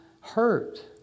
hurt